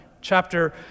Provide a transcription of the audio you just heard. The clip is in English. Chapter